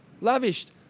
Lavished